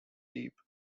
deep